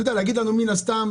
אתה יודע, להגיד לנו מן הסתם